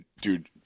dude